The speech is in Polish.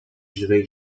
żywej